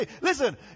Listen